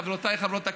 חברותיי חברות הכנסת,